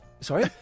Sorry